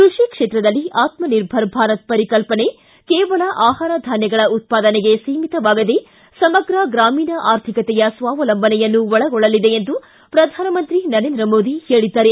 ಕೃಷಿ ಕ್ಷೇತ್ರದಲ್ಲಿ ಆತ್ಲಿರ್ಭರ ಭಾರತ ಪರಿಕಲ್ಪನೆ ಕೇವಲ ಆಹಾರ ಧಾನ್ಭಗಳ ಉತ್ವಾದನೆಗೆ ಸೀಮಿತವಾಗದೇ ಸಮಗ್ರ ಗ್ರಾಮೀಣ ಆರ್ಥಿಕತೆಯ ಸ್ವಾವಲಂಬನೆಯನ್ನು ಒಳಗೊಳ್ಳಲಿದೆ ಎಂದು ಪ್ರಧಾನಮಂತ್ರಿ ನರೇಂದ್ರ ಮೋದಿ ಹೇಳದ್ದಾರೆ